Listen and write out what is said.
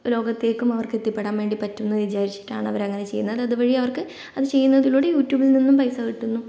ലോകത്തേക്കും അവർക്ക് എത്തിപ്പെടാൻ വേണ്ടി പറ്റുമെന്ന് വിചാരിച്ചിട്ടാണ് അവരങ്ങനെ ചെയ്യുന്നത് അത് അത് വഴി അവർക്ക് അത് ചെയ്യുന്നതിലൂടെ യൂട്യൂബിൽ നിന്നും പൈസ കിട്ടുന്നു